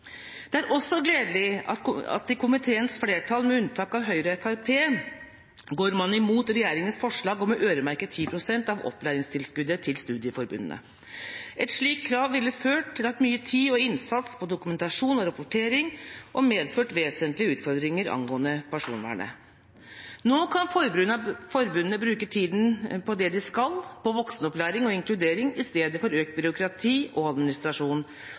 Det er også gledelig at komiteens flertall, med unntak av Høyre og Fremskrittspartiet, går imot regjeringas forslag om å øremerke 10 pst. av opplæringstilskuddet til studieforbundene. Et slikt krav ville ført til mye tid og innsats på dokumentasjon og rapportering og medført vesentlige utfordringer angående personvernet. Nå kan forbundene bruke tida på det de skal, på voksenopplæring og inkludering, i stedet for økt byråkrati og administrasjon.